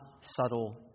subtle